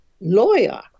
lawyer